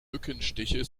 mückenstiche